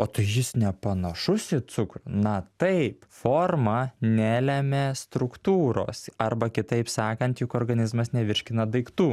o tai jis nepanašus į cukrų na taip forma nelemia struktūros arba kitaip sakant juk organizmas nevirškina daiktų